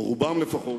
או רובם לפחות,